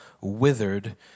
withered